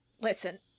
Listen